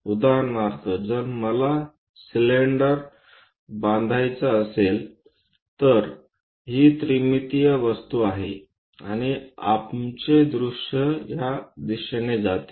उदाहरणार्थ जर मला सिलिंडर बांधायचा असेल तर ही त्रिमितीय वस्तू आहे आणि आमचे दृष्य या दिशेने जाते